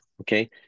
okay